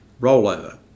rollover